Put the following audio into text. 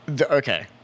Okay